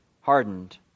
hardened